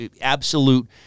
absolute